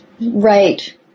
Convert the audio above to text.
Right